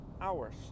hours